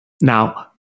Now